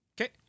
Okay